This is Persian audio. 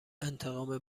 انتقام